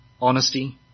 honesty